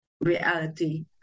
reality